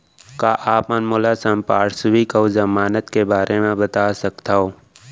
का आप मन मोला संपार्श्र्विक अऊ जमानत के बारे म बता सकथव?